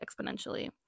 exponentially